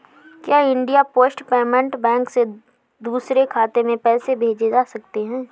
क्या India Post Payment Bank से दूसरे खाते में पैसे भेजे जा सकते हैं?